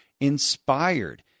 inspired